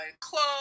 clothes